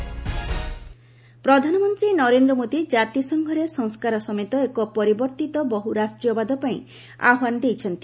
PM ପ୍ରଧାନମନ୍ତ୍ରୀ ନରେନ୍ଦ୍ର ମୋଦୀ ଜାତିସଂଘରେ ସଂସ୍କାର ସମେତ ଏକ ପରିବର୍ତ୍ତିତ ବହୁରାଷ୍ଟ୍ରୀୟବାଦ ପାଇଁ ଆହ୍ପାନ ଦେଇଛନ୍ତି